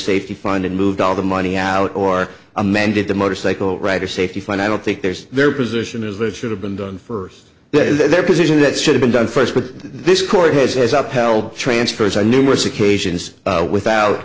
safety fund and moved all the money out or amended the motorcycle rider safety fine i don't think there's their position is they should have been done first but their position that should've been done first but this court has upheld transfers are numerous occasions without